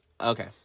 Okay